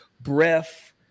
breath